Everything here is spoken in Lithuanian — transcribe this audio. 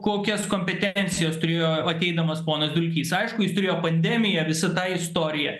kokias kompetencijas turėjo ateidamas ponas dulkys aišku jis turėjo pandemija visą tą istoriją